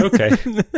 Okay